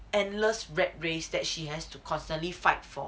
endless rat race that she has to constantly fight for